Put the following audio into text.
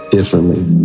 differently